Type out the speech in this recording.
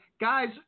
guys